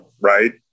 right